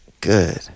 Good